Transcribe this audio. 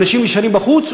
אנשים נשארים בחוץ.